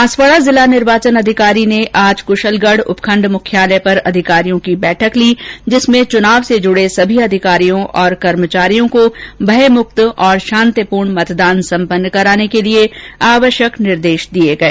बांसवाडा जिला निर्वाचन अधिकारी ने आज कुशलगढ उपखंड मुख्यालय पर अधिकारियों की बैठक ली जिसमें चुनाव से जुड़े हुए सभी अधिकारियों और कर्मचारियों को भयमुक्त और शांतिपूर्ण मतदान सम्पन्न कराने के लिए आवश्यक निर्देश दिए गए